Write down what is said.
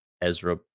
ezra